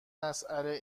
مساله